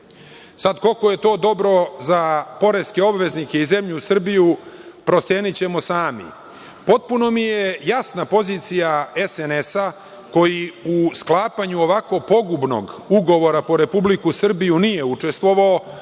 Sad, koliko je to dobro za poreske obveznike i zemlju Srbiju, procenićemo sami. Potpuno mi je jasna pozicija SNS, koji u sklapanju ovakvo pogubnog ugovora po Republiku Srbiju nije učestvovao,